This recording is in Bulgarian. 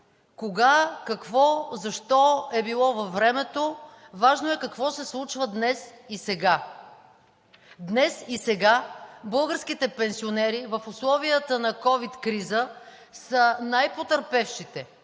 Кога, какво, защо е било във времето, важно е какво се случва днес и сега. Днес и сега българските пенсионери в условията на ковид криза са най-потърпевшите.